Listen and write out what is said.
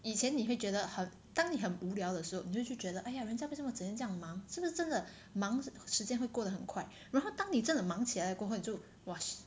以前你会觉得很当你很无聊的时候你就去觉得 !aiya! 人家为什么整天这样忙真的真的忙时间会过得很快然后当你真的忙起来了过后你就 !wah! shit